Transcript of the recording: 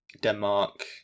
Denmark